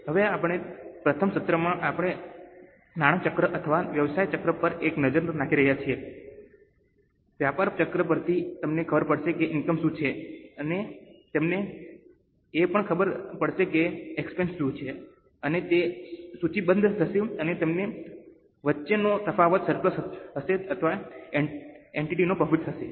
હવે આપણાં પ્રથમ સત્રમાં આપણે નાણાં ચક્ર અથવા વ્યવસાય ચક્ર પર એક નજર નાખી હતી વ્યાપાર ચક્ર પરથી તમને ખબર પડશે કે ઇનકમ શું છે તમને એ પણ ખબર પડશે કે એક્સપેન્સ શું છે અને તે સૂચિબદ્ધ થશે અને તેમની વચ્ચેનો તફાવત સરપ્લસ હશે અથવા એન્ટિટીનો પ્રોફિટ હશે